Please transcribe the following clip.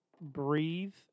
breathe